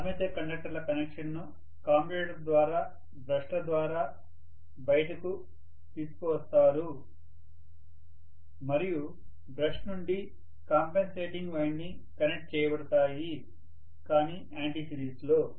armature కండక్టర్ల కనెక్షన్ను commutator ద్వారా బ్రష్ల ద్వారా బయటకు తీసుకువస్తారు మరియు బ్రష్ నుండి కాంపెన్సేటింగ్ వైండింగ్ కనెక్ట్ చేయబడతాయి కాని యాంటీ సిరీస్లో